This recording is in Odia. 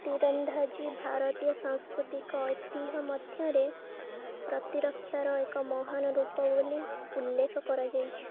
ତୀରନ୍ଦାଜୀ ଭାରତୀୟ ସାଂସ୍କୃତିକ ଐତିହ୍ୟ ମଧ୍ୟରେ ପ୍ରତିରକ୍ଷାର ଏକ ମହାନ ରୂପ ବୋଲି ଉଲ୍ଲେଖ କରାଯାଇଛି